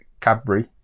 Cadbury